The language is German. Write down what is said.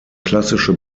klassische